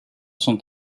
sont